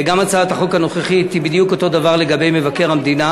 הצעת מועמדים לכהונת מבקר המדינה),